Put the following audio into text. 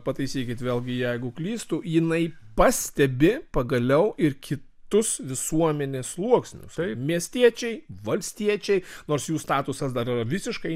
pataisykit vėlgi jeigu klystu jinai pastebi pagaliau ir kitus visuomenės sluoksnius miestiečiai valstiečiai nors jų statusas dar yra visiškai